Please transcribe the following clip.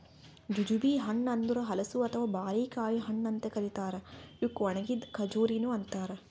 jujube ಹಣ್ಣ ಅಂದುರ್ ಹಲಸು ಅಥವಾ ಬಾರಿಕಾಯಿ ಹಣ್ಣ ಅಂತ್ ಕರಿತಾರ್ ಇವುಕ್ ಒಣಗಿದ್ ಖಜುರಿನು ಅಂತಾರ